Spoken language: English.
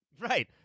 right